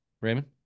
Raymond